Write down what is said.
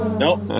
Nope